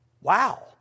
Wow